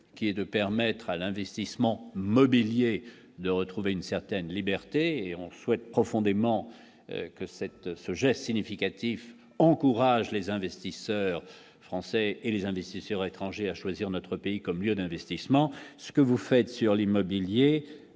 qui est de permettre à l'investissement immobilier de retrouver une certaine liberté et on souhaite profondément que cette ce geste significatif encourage les investisseurs français et les investisseurs étrangers à choisir notre pays comme lieu d'investissement, ce que vous faites sur l'immobilier